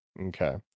Okay